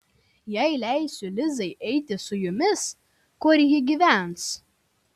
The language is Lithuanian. jei leisiu lizai eiti su jumis kur ji gyvens